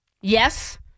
yes